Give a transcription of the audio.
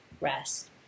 rest